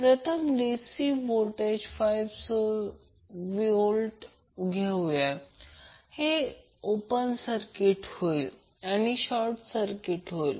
प्रथम DC voltage 5V घेऊया तर हे ओपन सर्किट होईल आणि हे शॉर्ट सर्किट होईल